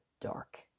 dark